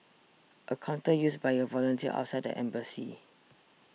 a counter used by a volunteer outside the embassy